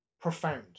profound